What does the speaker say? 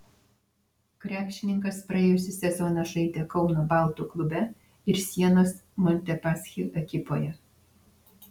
krepšininkas praėjusį sezoną žaidė kauno baltų klube ir sienos montepaschi ekipoje